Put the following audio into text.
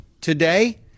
Today